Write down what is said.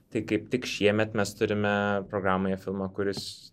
tai kaip tik šiemet mes turime programoje filmą kuris